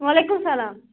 وعلیکُم السلام